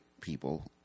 people